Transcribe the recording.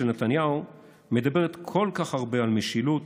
של נתניהו מדברת כל כך הרבה על משילות